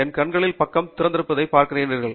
என் கண்களின் பக்கம் திறந்திருப்பதைப் பார்க்கிறீர்கள்